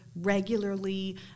regularly